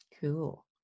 Cool